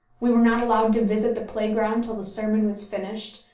we were not allowed to visit the playground till the sermon was finished.